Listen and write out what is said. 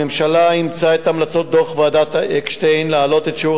הממשלה אימצה את המלצות דוח ועדת-אקשטיין להעלות את שיעור